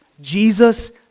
Jesus